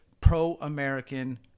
pro-American